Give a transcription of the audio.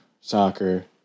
soccer